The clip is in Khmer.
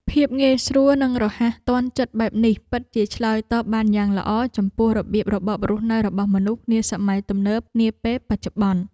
ភាពងាយស្រួលនិងរហ័សទាន់ចិត្តបែបនេះពិតជាឆ្លើយតបបានយ៉ាងល្អចំពោះរបៀបរបបរស់នៅរបស់មនុស្សនាសម័យទំនើបនាពេលបច្ចុប្បន្ន។